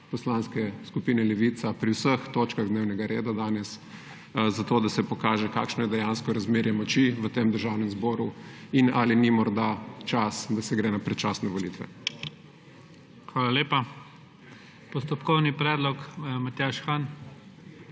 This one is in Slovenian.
Poslanske skupine Levica pri vseh točkah dnevnega reda danes, zato da se pokaže, kakšno je dejansko razmerje moči v Državnem zboru in ali ni morda čas, da se gre na predčasne volitve. PREDSEDNIK IGOR ZORČIČ: Hvala lepa. Postopkovni predlog, Matjaž Han.